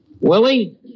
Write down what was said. Willie